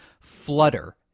flutter